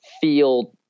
feel